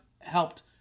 helped